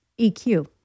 EQ